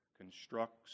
Constructs